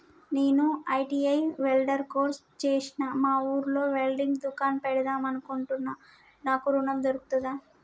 నేను ITI welder course చేశ్న మా ఊర్లో వెల్డింగ్ దుకాన్ పెడదాం అనుకుంటున్నా నాకు ఋణం దొర్కుతదా?